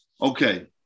Okay